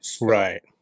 Right